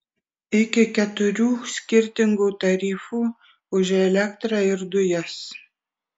iki keturių skirtingų tarifų už elektrą ir dujas